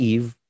Eve